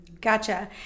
Gotcha